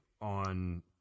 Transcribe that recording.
on